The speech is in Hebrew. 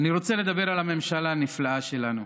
אני רוצה לדבר על הממשלה הנפלאה שלנו.